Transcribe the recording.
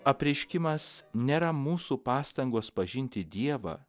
apreiškimas nėra mūsų pastangos pažinti dievą